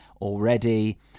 already